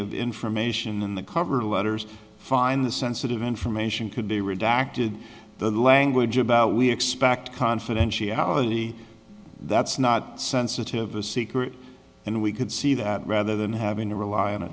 of information in the cover letters find the sensitive information could be redacted the language about we expect confidentiality that's not sensitive a secret and we could see that rather than having to rely on a